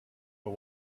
but